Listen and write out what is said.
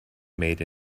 made